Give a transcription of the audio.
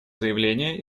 заявление